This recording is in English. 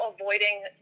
avoiding